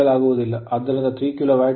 ಆದರೆ ಅದು simple load ಏನನ್ನೂ ನೀಡಲಾಗುವುದಿಲ್ಲ